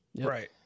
Right